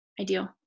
ideal